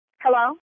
Hello